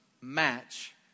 match